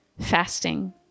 fasting